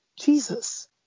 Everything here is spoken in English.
Jesus